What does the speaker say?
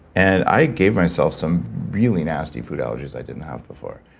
and i gave myself some really nasty food allergies i didn't have before.